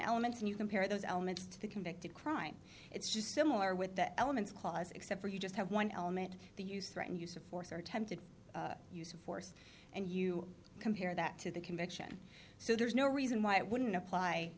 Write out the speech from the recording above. elements and you compare those elements to the convicted crime it's just similar with the elements clause except for you just have one element the use right and use of force or attempted use of force and you compare that to the conviction so there's no reason why it wouldn't apply